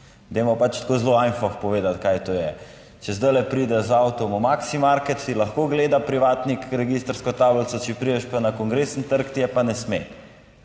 Dajmo pač tako zelo "ajnfoh" povedati, kaj to je. Če zdaj pride z avtom v Maksimarket, si lahko ogleda privatnik registrsko tablico, če prideš pa na Kongresni trg, ti je pa ne sme.